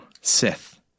sith